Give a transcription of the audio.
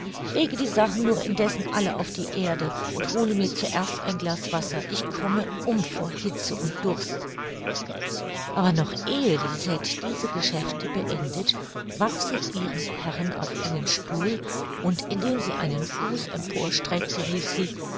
lege die sachen nur indessen alle auf die erde und hole mir zuerst ein glas wasser ich komme um vor hitze und durst aber noch ehe lisette diese geschäfte beendet warf sich ihre herrin auf einen stuhl und indem sie einen fuß empor streckte rief sie